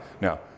Now